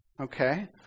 Okay